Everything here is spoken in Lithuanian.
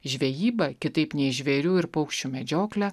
žvejybą kitaip nei žvėrių ir paukščių medžioklę